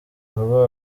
vuba